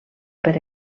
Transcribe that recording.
per